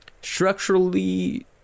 Structurally